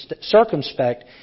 circumspect